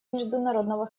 международного